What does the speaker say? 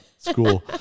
School